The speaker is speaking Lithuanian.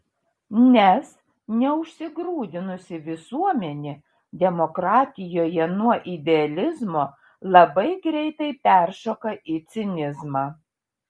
nes neužsigrūdinusi visuomenė demokratijoje nuo idealizmo labai greitai peršoka į cinizmą